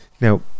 Now